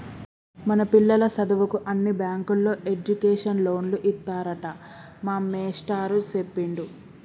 మన పిల్లల సదువుకు అన్ని బ్యాంకుల్లో ఎడ్యుకేషన్ లోన్లు ఇత్తారట మా మేస్టారు సెప్పిండు